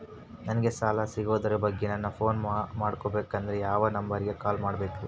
ನಂಗೆ ಸಾಲ ಸಿಗೋದರ ಬಗ್ಗೆ ನನ್ನ ಪೋನ್ ಮಾಡಬೇಕಂದರೆ ಯಾವ ನಂಬರಿಗೆ ಕಾಲ್ ಮಾಡಬೇಕ್ರಿ?